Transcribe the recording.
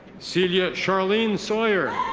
celia charlene sawyer.